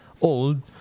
old